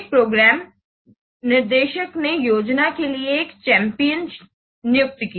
एक प्रोग्राम निदेशक ने योजना के लिए एक चैंपियन नियुक्त किया